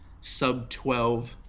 sub-12